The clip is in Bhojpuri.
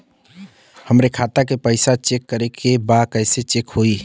हमरे खाता के पैसा चेक करें बा कैसे चेक होई?